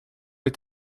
est